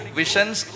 visions